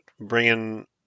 bringing